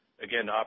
Again